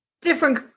different